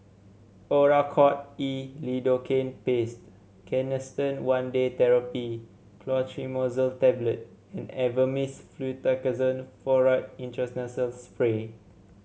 Oracort E Lidocaine Paste Canesten One Day Therapy Clotrimazole Tablet and Avamys Fluticasone Furoate Intranasal Spray